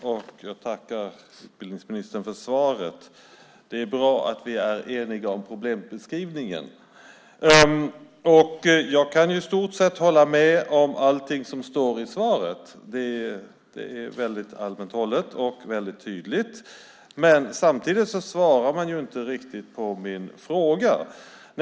Herr talman! Jag tackar utbildningsministern för svaret. Det är bra att vi är eniga som problembeskrivningen. Jag kan i stort sett hålla med om allting som sades i svaret. Det var väldigt allmän hållet och väldigt tydligt. Samtidigt svarar han inte riktigt på min fråga.